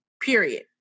period